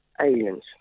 aliens